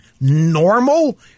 normal